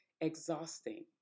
exhausting